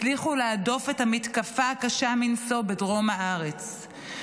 הצליחו להדוף את המתקפה הקשה מנשוא בדרום הארץ.